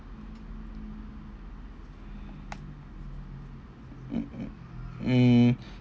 mm